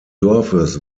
dorfes